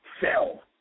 sell